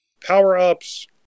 power-ups